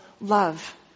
love